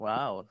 Wow